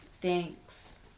Thanks